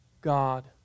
God